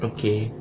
Okay